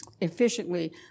efficiently